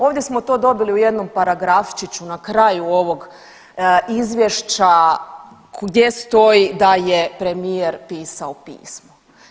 Ovdje smo to dobili u jednom paragrafčiću na kraju ovog izvješća gdje stoji da je premijer pisao pismo.